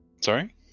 Sorry